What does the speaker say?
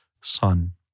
son